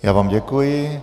Já vám děkuji.